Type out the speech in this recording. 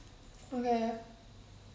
okay